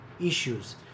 issues